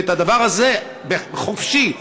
חופשי,